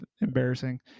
embarrassing